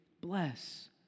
bless